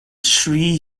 sri